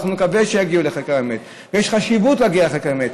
ואנחנו נקווה שיגיעו לחקר האמת יש חשיבות להגיע לחקר האמת,